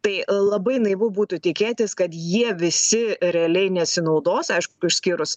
tai labai naivu būtų tikėtis kad jie visi realiai nesinaudos aišku išskyrus